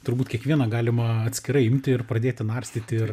turbūt kiekvieną galima atskirai imti ir pradėti narstyti ir